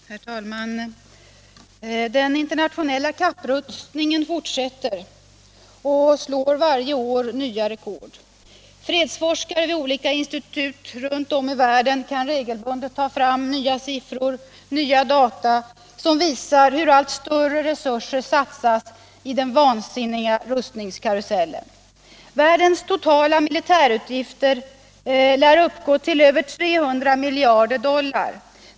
Herr talman! Den internationella kapprustningen fortsätter och slår varje år nya rekord. Fredsforskare vid olika institut runt om i världen kan regelbundet ta fram nya siffror, nya data som visar hur allt större resurser satsas i den vansinniga rustningskarusellen. Världens totala militärutgifter lär uppgå till över 300 miljarder dollar.